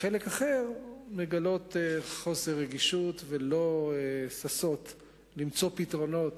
חלק אחר מגלה חוסר רגישות ולא שש למצוא פתרונות